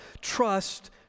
Trust